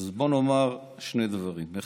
אז בואו נאמר שני דברים: אחד,